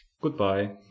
Goodbye